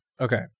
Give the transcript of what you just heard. okay